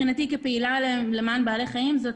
כפעילה למען בעלי חיים, זו